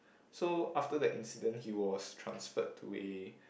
so after that incident he was transferred to a